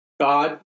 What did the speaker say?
God